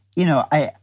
you know, i,